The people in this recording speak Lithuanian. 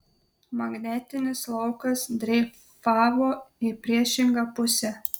magnetinis laukas dreifavo į priešingą pusę